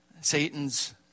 Satan's